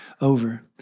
over